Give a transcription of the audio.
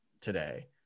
today